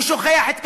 הוא שוכח את כהנא,